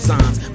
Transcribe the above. Signs